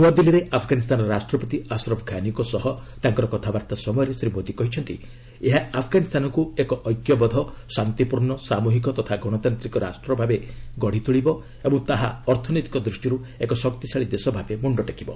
ନୂଆଦିଲ୍ଲୀରେ ଆଫଗାନୀସ୍ତାନ ରାଷ୍ଟ୍ରପତି ଆଶ୍ରପ୍ ଘାନିଙ୍କ ସହ ତାଙ୍କର କଥାବାର୍ତ୍ତା ସମୟରେ ଶ୍ରୀ ମୋଦି କହିଛନ୍ତି ଏହା ଆଫଗାନୀସ୍ତାନକୁ ଏକ ଐକ୍ୟବଦ୍ଧ ଶାନ୍ତିପୂର୍ଣ୍ଣ ସାମ୍ରହିକ ତଥା ଗଣତାନ୍ତିକ ରାଷ୍ଟ୍ରଭାବେ ଗଢ଼ିତୋଳିବ ଏବଂ ତାହା ଅର୍ଥନୈତିକ ଦୃଷ୍ଟିରୁ ଏକ ଶକ୍ତିଶାଳୀ ଦେଶଭାବେ ମୁଣ୍ଡ ଟେକିବ